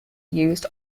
used